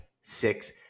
six